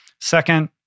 Second